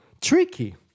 tricky